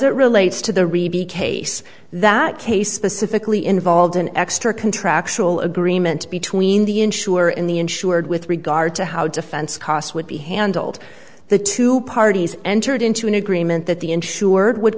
it relates to the reby case that case specifically involved an extra contractual agreement between the insurer in the insured with regard to how defense costs would be handled the two parties entered into an agreement that the insured would